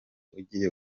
ugiye